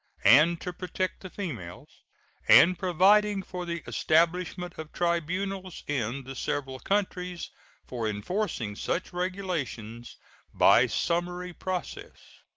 and to protect the females and providing for the establishment of tribunals in the several countries for enforcing such regulations by summary process.